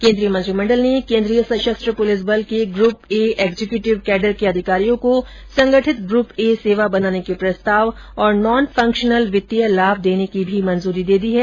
केंद्रीय मंत्रिमंडल ने केंद्रीय सशस्त्र पुलिस बल के ग्रूप ए एग्जक्यूटिव कैडर के अधिकारियों को संगठित ग्रूप ए सेवा बनाने के प्रस्ताव और नॉन फंक्शनल वित्तीय लाभ देने को मंजूरी दी है